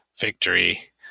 victory